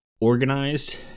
organized